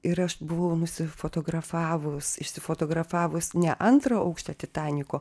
ir aš buvau nusifotografavus išsifotografavus ne antrą aukštą titaniko